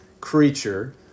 creature